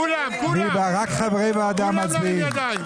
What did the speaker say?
רק חברי ועדה מצביעים.